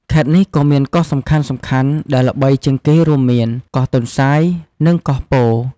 ខេត្តនេះក៏មានកោះសំខាន់ៗដែលល្បីជាងគេរួមមាន កោះទន្សាយ នឹង កោះពោធិ៍។